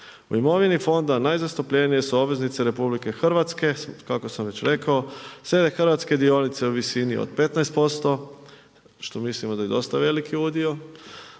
U imovini fonda najzastupljeniji su obveznice RH, kako sam već rekao, slijede hrvatske dionice u visini od 15% što mislimo da je dosta veliki udio,